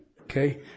okay